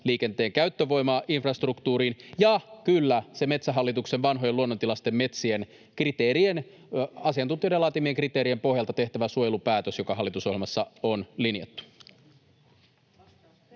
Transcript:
liikenteen käyttövoimainfrastruktuuriin, ja kyllä, se Metsähallituksen vanhojen luonnontilaisten metsien kriteerien, asiantuntijoiden laatimien kriteerien, pohjalta tehtävä suojelupäätös, joka hallitusohjelmassa on linjattu.